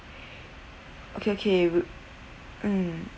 okay okay we mm